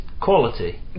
quality